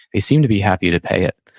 they seem to be happy to pay it